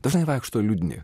dažnai vaikšto liūdni